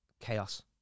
chaos